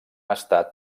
estat